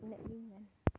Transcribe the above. ᱤᱱᱟᱹᱜ ᱜᱮᱧ ᱢᱮᱱᱟ